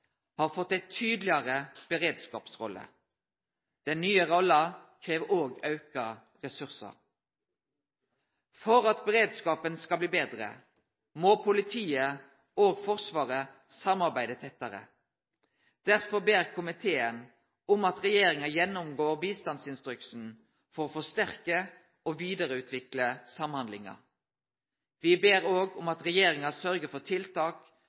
har fått ei tydelegare beredskapsrolle. Den nye rolla krev òg auka ressursar. For at beredskapen skal bli betre, må politiet og Forsvaret samarbeide tettare. Derfor ber komiteen om at regjeringa gjennomgår bistandsinstruksen for å forsterke og vidareutvikle samhandlinga. Me ber òg om at regjeringa sørgjer for tiltak